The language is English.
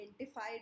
identified